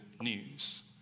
news